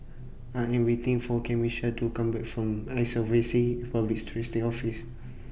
I Am waiting For Camisha to Come Back from Insolvency Public Trustee's Office